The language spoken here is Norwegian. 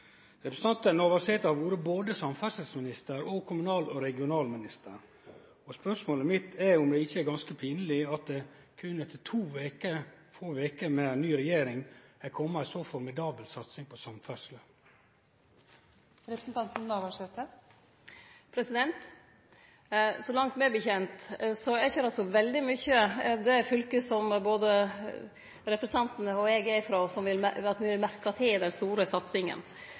Representanten Navarsete har vore både samferdselsminister og kommunal- og regionalminister, og spørsmålet mitt er om det ikkje er ganske pinleg at det etter berre få veker med ny regjering har kome ei så formidabel satsing på samferdsel. Så vidt eg veit, er det ikkje så veldig mykje det fylket som både representanten og eg er frå, vil merkje til den store satsinga.